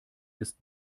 ist